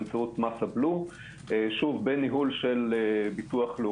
מס הבלו בניהול של ביטוח לאומי.